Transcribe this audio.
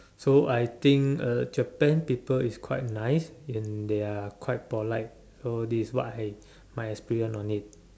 so I think uh Japan people is quite nice in their quite polite so this is what I my experience on it